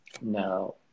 No